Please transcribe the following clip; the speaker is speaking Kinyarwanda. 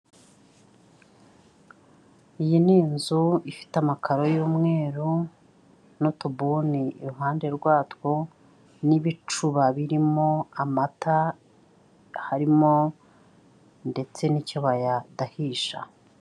Iyi ni inzu ifite amakararo y'umweru n'utubuni iruhande rwatwo n'ibicuba birimo amata harimo ndetse n'icyo bayadahisha.